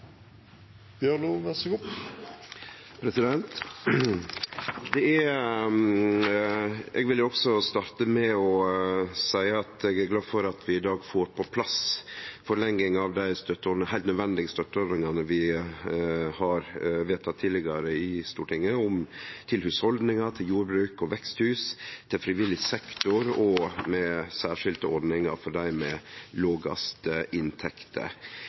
Eg vil også starte med å seie at eg er glad for at vi i dag får på plass ei forlenging av dei – heilt nødvendige – støtteordningane vi har vedtatt tidlegare i Stortinget, til hushaldningar, til jordbruk og veksthus, til frivillig sektor og til særskilte ordningar for dei med dei lågaste